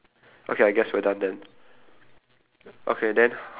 and then after that is the park which is the twelfth difference